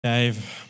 Dave